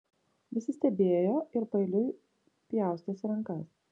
visi stebėjo ir paeiliui pjaustėsi rankas